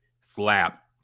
slap